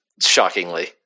shockingly